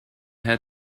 had